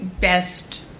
best